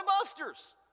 Buster's